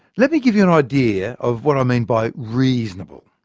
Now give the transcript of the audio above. let me give you an idea of what i mean by reasonable.